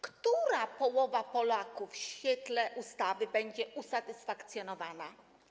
Która połowa Polaków w świetle ustawy będzie usatysfakcjonowana?